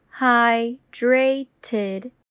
hydrated